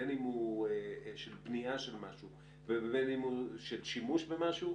בין אם הוא של בנייה של משהו ובין אם הוא של שימוש במשהו,